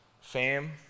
Fame